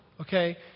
okay